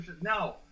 No